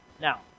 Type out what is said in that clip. Now